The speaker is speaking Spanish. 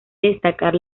destacar